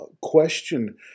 question